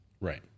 Right